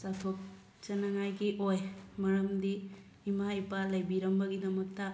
ꯆꯥꯎꯊꯣꯛ ꯆꯅꯤꯡꯉꯥꯏꯒꯤ ꯑꯣꯏ ꯃꯔꯝꯗꯤ ꯏꯃꯥ ꯏꯄꯥ ꯂꯩꯕꯤꯔꯝꯕꯒꯤꯗꯃꯛꯇ